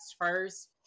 first